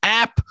app